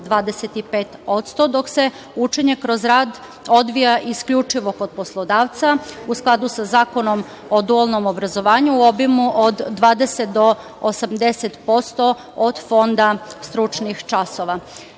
25%, dok se učenje kroz rad odvija isključivo kod poslodavca, u skladu sa Zakonom o dualnom obrazovanju, u obimu od 20% do 80% od fonda stručnih